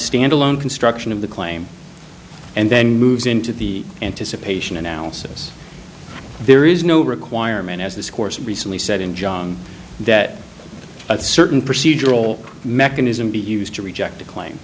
standalone construction of the claim and then moves into the anticipation analysis there is no requirement as this course recently said in john that a certain procedural mechanism be used to reject